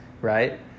right